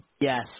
Yes